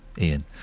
Ian